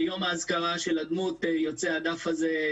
ביום האזכרה של הדמות יוצא הדף הזה,